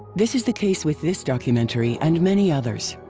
this is the case with this documentary and many others.